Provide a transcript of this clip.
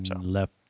Left